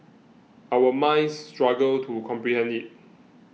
our minds struggle to comprehend it